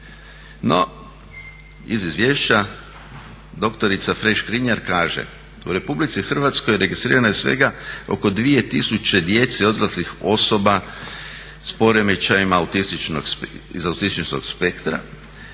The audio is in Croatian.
No, iz izvješća doktorica Frey Škrinjar kaže u Republici Hrvatskoj registrirano je svega oko 2000 djece i odraslih osoba s poremećajem iz autističnog spektra,